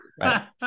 Right